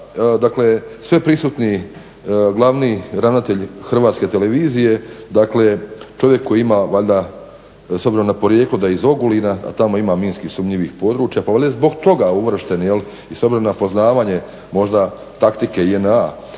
dakle sveprisutni glavni ravnatelj Hrvatske televizije, dakle čovjek koji ima valjda s obzirom na porijeklo da je iz Ogulina a tamo ima minski sumnjivih područja, pa valjda je zbog toga uvršten i s obzirom na poznavanje možda taktike JNA